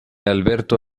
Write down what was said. alberto